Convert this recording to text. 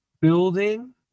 building